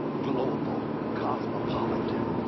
global, cosmopolitan.